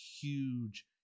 huge